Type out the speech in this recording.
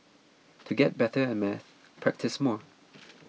to get better at maths practise more